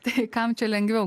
tai kam čia lengviau